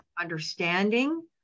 understanding